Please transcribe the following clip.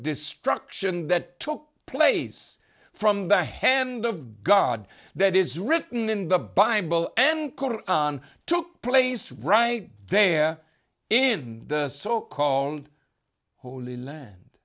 destruction that took place from the hand of god that is written in the bible and took place right there in the so called holy land